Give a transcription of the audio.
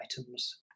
items